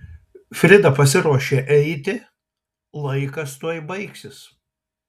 frida pasiruošė eiti laikas tuoj baigsis